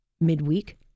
midweek